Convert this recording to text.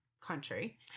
country